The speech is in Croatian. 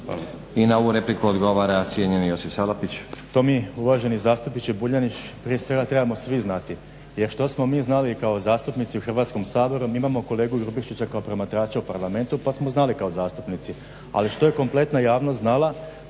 I na ovu repliku odgovara cijenjeni Josip Salapić. **Salapić, Josip (HDSSB)** To mi uvaženi zastupniče Vuljanić prije svega trebamo svi znati, jer što smo mi znali kao zastupnici u Hrvatskom saboru mi imao kolegu Grubišića kao promatrača u parlamentu pa smo znali kao zastupnici, ali što je kompletna javnost znala